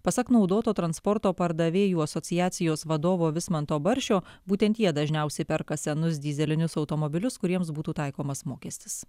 pasak naudoto transporto pardavėjų asociacijos vadovo vismanto baršio būtent jie dažniausiai perka senus dyzelinius automobilius kuriems būtų taikomas mokestis